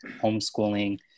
homeschooling